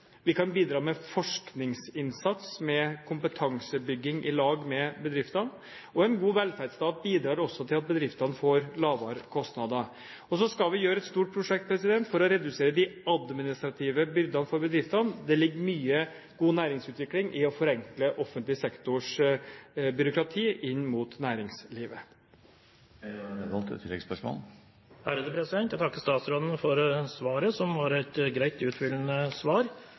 vi kan bidra med forskningsinnsats med kompetansebygging sammen med bedriftene. En god velferdsstat bidrar også til at bedriftene får lavere kostnader. Og så skal vi ha et stort prosjekt for å redusere de administrative byrdene for bedriftene – det ligger mye god næringsutvikling i å forenkle offentlig sektors byråkrati inn mot næringslivet. Jeg takker statsråden for svaret, som var greit og utfyllende.